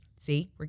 See